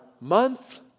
month